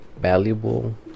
valuable